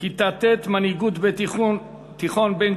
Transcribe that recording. כיתה ט' מנהיגות בתיכון בן-גוריון,